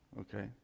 Okay